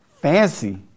fancy